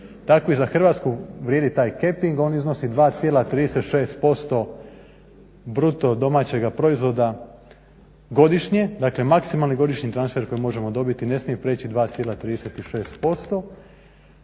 tako i za Hrvatsku vrijedi taj caping. On iznosi 2,36% bruto domaćega proizvoda godišnje, dakle maksimalni godišnji transfer koji možemo dobiti ne smije priječi 2,36%,